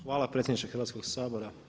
Hvala predsjedniče Hrvatskog sabora.